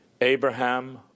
Abraham